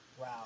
Wow